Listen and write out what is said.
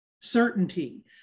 certainty